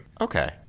Okay